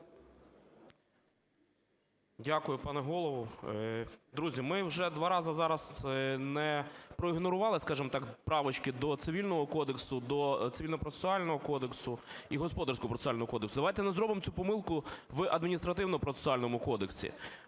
Дякую, пане Голово. Друзі, ми вже два рази зараз не проігнорували, скажемо так, правочки до Цивільного кодексу, до Цивільно-процесуального кодексу і Господарсько- процесуального кодексу. Давайте не зробимо цю помилку в Адміністративно-процесуальному кодексі.